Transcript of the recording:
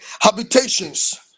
habitations